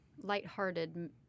lighthearted